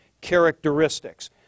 characteristics